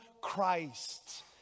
Christ